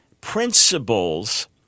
principles